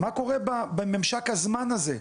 מה קורה בממשק הזמן הזה?